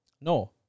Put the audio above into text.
No